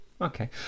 okay